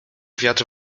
wiatr